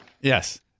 Yes